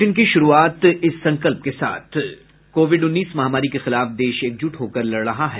bulletin की शुरूआत इस संकल्प के साथ कोविड उन्नीस महामारी के खिलाफ देश एकजुट होकर लड़ रहा है